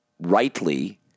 rightly